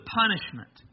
punishment